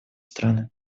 страны